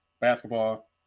basketball